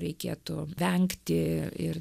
reikėtų vengti ir